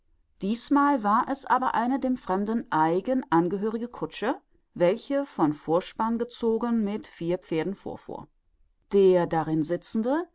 dießmal war es aber eine dem fremden eigen angehörige kutsche welche von vorspann gezogen mit vier pferden vorfuhr der darin sitzende